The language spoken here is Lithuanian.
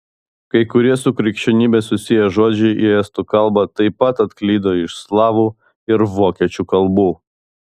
kai kurie su krikščionybe susiję žodžiai į estų kalbą taip pat atklydo iš slavų ir vokiečių kalbų